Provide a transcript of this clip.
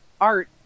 art